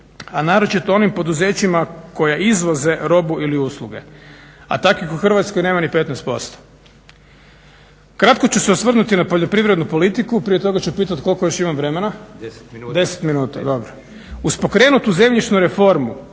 a naročito onim poduzećima koja izvoze robu ili usluge. A takvih u Hrvatskoj nema ni 15%. Kratko ću se osvrnuti na poljoprivrednu politiku, prije toga ću pitati koliko još imam vremena? … /Upadica Leko: 10 minuta./…